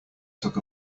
took